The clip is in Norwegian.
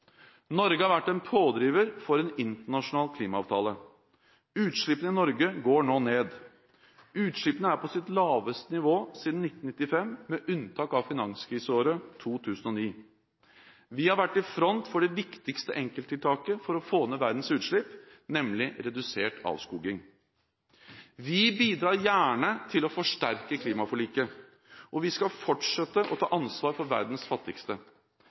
Norge har vært en pådriver for en internasjonal klimaavtale. Utslippene i Norge går nå ned. Utslippene er på sitt laveste nivå siden 1995, med unntak av finanskriseåret 2009. Vi har vært i front for det viktigste enkelttiltaket for å få ned verdens utslipp, nemlig redusert avskoging. Vi bidrar gjerne til å forsterke klimaforliket, og vi skal fortsette å ta ansvar for verdens fattigste.